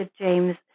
James